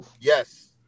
Yes